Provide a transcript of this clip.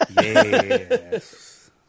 Yes